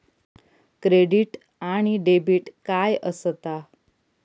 Credit आणि debit काय असता?